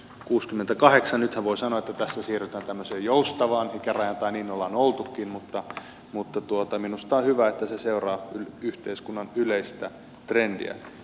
nythän voi sanoa että tässä siirrytään tämmöiseen joustavaan ikärajaan tai niin ollaan oltukin mutta minusta on hyvä että se seuraa yhteiskunnan yleistä trendiä